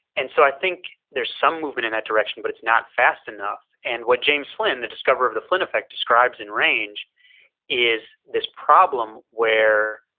and so i think there's some movement in that direction but it's not fast enough. and what james flynn the discoverer of the flynn effect describes in range is this problem where